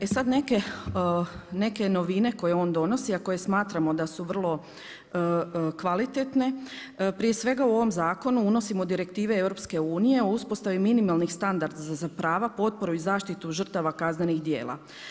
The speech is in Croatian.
E sada neke novine koje on donosi, a koje smatramo da su vrlo kvalitetne, prije svega u ovom zakonu unosimo direktive EU o uspostavi minimalnih standarda za prava, potporu i zaštitu žrtava kaznenih djela.